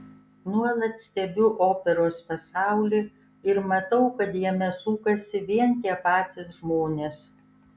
nuolat stebiu operos pasaulį ir matau kad jame sukasi vien tie patys žmonės